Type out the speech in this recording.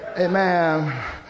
Amen